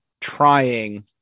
trying